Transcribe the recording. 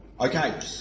Okay